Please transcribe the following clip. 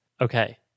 Okay